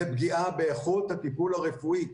זה פגיעה באיכות הטיפול הרפואי.